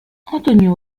antonio